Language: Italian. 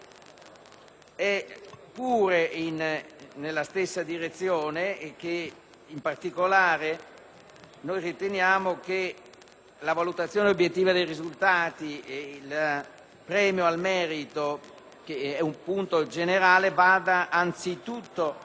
si muove nella stessa direzione. In particolare, noi riteniamo che la valutazione obiettiva dei risultati e il premio al merito, che è questione generale, valgano anzitutto